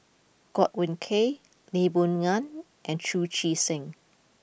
Godwin Koay Lee Boon Ngan and Chu Chee Seng